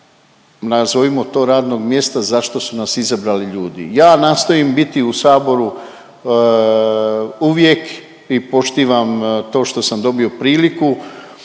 nazovimo to radnog mjesta za što su nas izabrali ljudi. Ja nastojim biti u saboru uvijek i poštivam to što sam dobio priliku